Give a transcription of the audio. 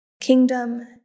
Kingdom